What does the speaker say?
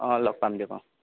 অঁ লগ পাম দিয়ক অঁ